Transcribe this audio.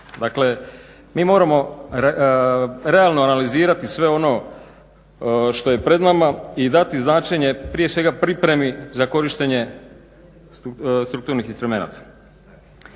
Dakle, mi moramo realno analizirati sve ono što je pred nama i dati značenje, prije svega pripremi za korištenje strukturnih instrumenata.